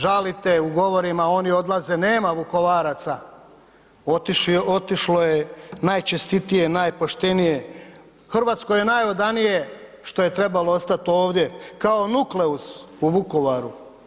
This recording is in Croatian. Žalite u govorima oni odlaze, nema Vukovaraca, otišlo je najčestitije, najpoštenije Hrvatskoj najodanije što je trebalo ostati ovdje kao nukleus u Vukovaru.